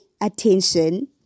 attention